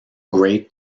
great